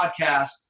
podcast